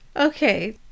Okay